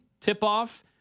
tip-off